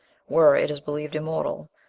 were, it is believed, immortal,